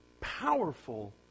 powerful